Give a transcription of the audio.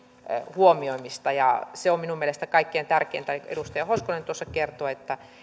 huomioimista ja se on minun mielestäni kaikkein tärkeintä edustaja hoskonen tuossa kertoi että myöskin